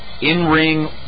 in-ring